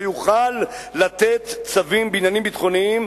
יוכל לתת צווים בעניינים ביטחוניים,